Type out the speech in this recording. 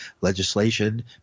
legislation